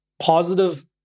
positive